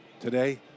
Today